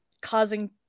causing